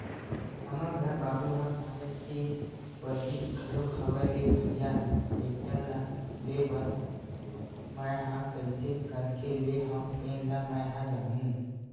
हमर घर बाबू ह काहेच के बरजिस घलोक हवय रे भइया टेक्टर ल लेय बर मैय ह कइसे करके लेय हव तेन ल मैय ह जानहूँ